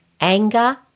anger